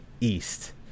east